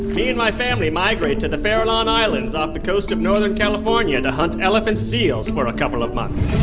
me and my family migrate to the farallon islands off the coast of northern california to hunt elephant seals for a couple of months.